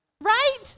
Right